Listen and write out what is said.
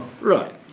Right